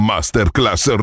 Masterclass